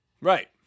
Right